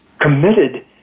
committed